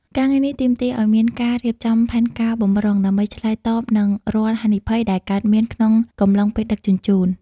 ការងារនេះទាមទារឱ្យមានការរៀបចំផែនការបម្រុង ដើម្បីឆ្លើយតបនឹងរាល់ហានិភ័យដែលកើតមានក្នុងកំឡុងពេលដឹកជញ្ជូន។